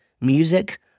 music